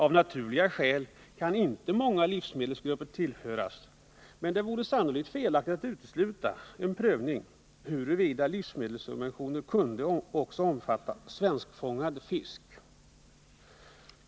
Av naturliga skäl kan inte många livsmedelsgrupper tillföras, men det vore sannolikt felaktigt att utesluta en prövning av huruvida livsmedelssubventioner kunde omfatta också svenskfångad fisk.